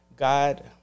God